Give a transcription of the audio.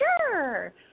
Sure